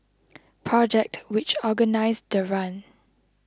project which organised the run